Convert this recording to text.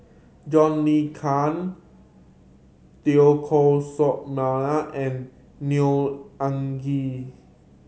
John Le Cain Teo Koh Sock Miang and Neo Anngee